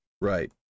Right